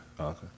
Okay